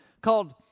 called